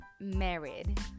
Married